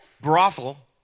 brothel